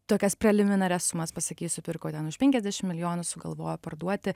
tokias preliminarias sumas pasakysiu pirko ten už penkiasdešim milijonų sugalvojo parduoti